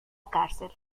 cárcel